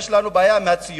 יש לנו בעיה עם הציונות.